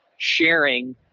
sharing